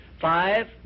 Five